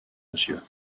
monsieur